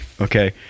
okay